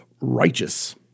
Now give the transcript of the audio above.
righteous